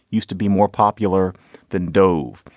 used to be more popular than dobe.